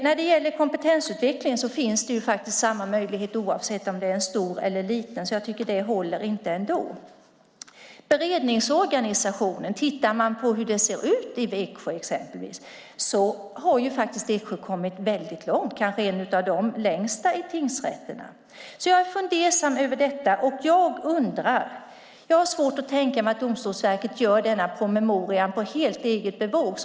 När det gäller kompetensutveckling finns det samma möjlighet oavsett om det är en stor eller liten rätt, så jag tycker inte att det håller. Hur ser beredningsorganisationen ut i exempelvis Eksjö? Eksjö har kommit väldigt långt och är kanske en av dem som kommit längst av tingsrätterna. Jag är fundersam över detta. Jag har svårt att tänka mig att Domstolsverket gör denna promemoria på helt eget bevåg.